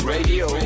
Radio